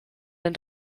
den